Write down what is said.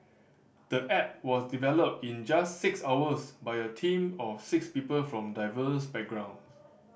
the app was developed in just six hours by you team of six people from diverse backgrounds